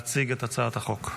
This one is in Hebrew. להציג את הצעת חוק.